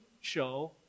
show